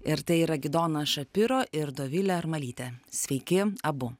ir tai yra gidonas šapiro ir dovilė armalytė sveiki abu